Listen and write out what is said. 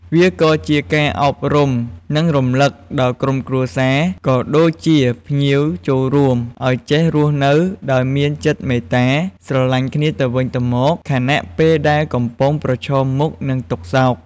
វាក៏ជាការអប់រំ និងរំលឹកដល់ក្រុមគ្រួសារ ក៏ដូចជាភ្ញៀវចូលរួម ឲ្យចេះរស់នៅដោយមានចិត្តមេត្តា ស្រឡាញ់គ្នាទៅវិញទៅមក ខណៈពេលដែលកំពុងប្រឈមមុខនឹងទុក្ខសោក។